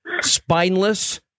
spineless